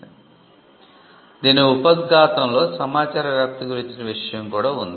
అన్నే శాసనం యొక్క ఉపోద్ఘాతంలో సమాచార వ్యాప్తి గురించిన విషయం కూడా ఉంది